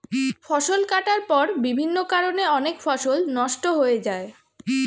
ফসল কাটার পর বিভিন্ন কারণে অনেক ফসল নষ্ট হয়ে যায়